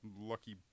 lucky